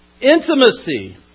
intimacy